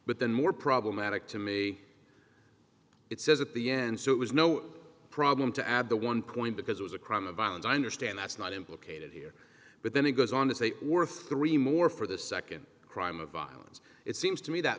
but then more problematic to me it says at the end so it was no problem to add the one point because it was a crime of violence i understand that's not implicated here but then it goes on to say or three more for the second crime of violence it seems to me that